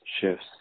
shifts